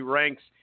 ranks